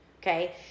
okay